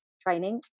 training